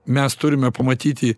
mes turime pamatyti